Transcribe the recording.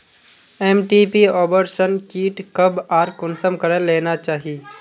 MTP abortion kit कब आर कुंसम करे लेना चही?